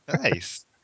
Nice